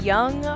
Young